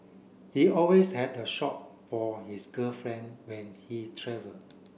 he always had a shop for his girlfriend when he travel